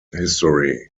history